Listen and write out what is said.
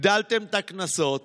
הגדלתם את הקנסות